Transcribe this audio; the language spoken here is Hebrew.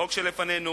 החוק שלפנינו